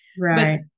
Right